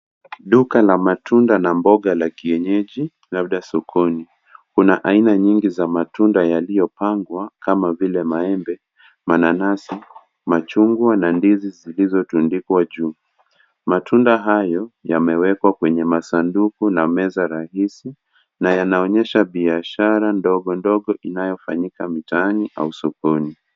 Duka la matunda na mboga la kienyeji, labda sokoni. Kuna aina nyingi za matunda yaliyopangwa kama vile maembe, mananasi, machungwa, na ndizi zilizotundikwa juu. Matunda hayo, yamewekwa kwenye masanduku na meza rahisi, na yanaonyesha biashara ndogo ndogo inayofanyika mitaani au sokoni.